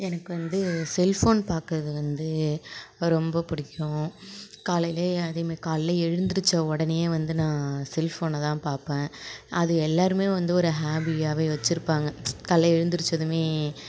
எனக்கு வந்து செல்ஃபோன் பார்க்கறது வந்து ரொம்ப பிடிக்கும் காலையிலே அதே மாதிரி காலைல எழுந்திருச்ச உடனே வந்து நான் செல்ஃபோனைதான் பார்ப்பேன் அது எல்லாருமே வந்து ஒரு ஹாபியாவே வச்சுருப்பாங்க காலையில் எழுந்திருச்சதுமே